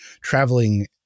traveling